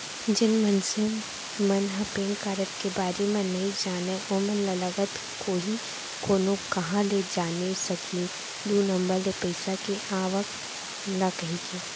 जेन मनखे मन ह पेन कारड के बारे म नइ जानय ओमन ल लगत होही कोनो काँहा ले जाने सकही दू नंबर ले पइसा के आवक ल कहिके